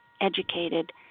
educated